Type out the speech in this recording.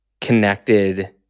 connected